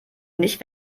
nicht